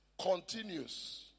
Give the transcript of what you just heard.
continues